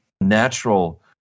natural